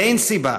אין סיבה